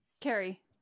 Carrie